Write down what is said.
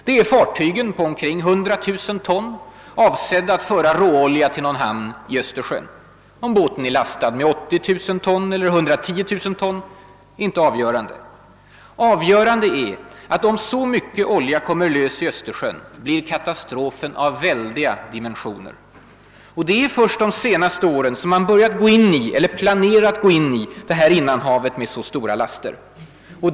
Det är fartygen på omkring 100 000 ton, avsedda att föra råolja till någon hamn i Östersjön. Om båten är lastad med 80 000 ton eller 110 000 ton är inte avgörande. Avgörande är att om så mycket olja kommer lös i Östersjön blir katastrofen av väldiga dimensioner. Och det är först de senaste åren som man börjat gå in i, eller planerat att gå in i, detta innanhav med så stora laster.